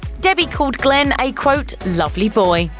debbie called glenn a quote, lovely boy.